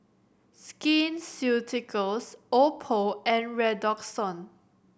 Skin Ceuticals Oppo and Redoxon